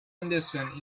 henderson